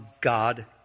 God